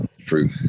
True